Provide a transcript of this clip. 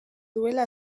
duela